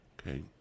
Okay